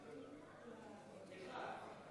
השר פה.